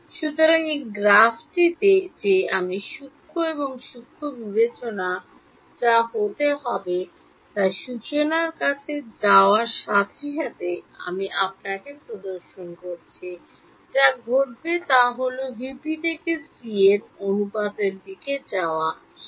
সুতরাং এই গ্রাফটিতে যে আমি সূক্ষ্ম এবং সূক্ষ্ম বিবেচনায় যা হতে হবে তা সূচনার কাছে যাওয়ার সাথে সাথে আমি আপনাকে প্রদর্শন করছি যা ঘটবে তা হল ভিপি থেকে সি এর অনুপাতের দিকে যাওয়া উচিত